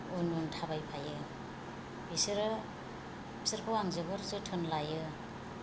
उन उन थाबायफायो बिसोरो बिसोरखौ आं जोबोर जोथोन लायो